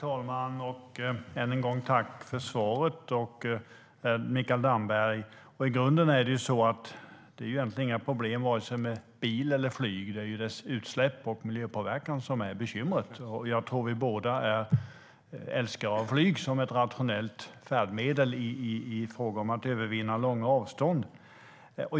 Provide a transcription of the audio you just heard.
Herr talman! Jag tackar än en gång Mikael Damberg för svaret. I grunden är det egentligen inga problem med vare sig bil eller flyg; det är deras utsläpp och miljöpåverkan som är bekymret. Jag tror att vi båda är älskare av flyg som ett rationellt färdmedel i fråga om att övervinna långa avstånd.